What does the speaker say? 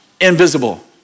Invisible